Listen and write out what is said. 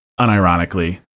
unironically